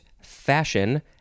fashion